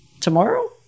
tomorrow